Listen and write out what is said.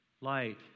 Light